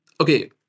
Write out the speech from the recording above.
okay